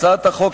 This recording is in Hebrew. הצעת החוק,